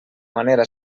manera